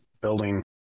building